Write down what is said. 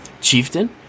chieftain